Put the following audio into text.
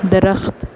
درخت